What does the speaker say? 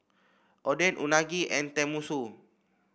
Oden Unagi and Tenmusu